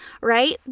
right